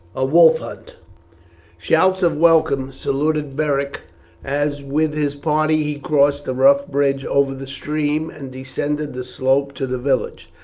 a wolf hunt shouts of welcome saluted beric as with his party he crossed the rough bridge over the stream and descended the slope to the village.